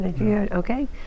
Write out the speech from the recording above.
Okay